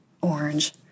orange